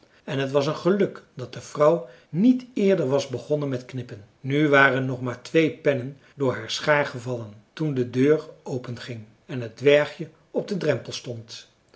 en t was een geluk dat de vrouw niet eerder was begonnen met knippen nu waren nog maar twee pennen door haar schaar gevallen toen de deur openging en het dwergje op den drempel stond